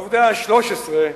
העובדה ה-13,